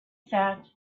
sat